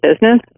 business